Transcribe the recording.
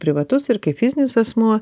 privatus ir kaip fizinis asmuo